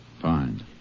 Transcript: Fine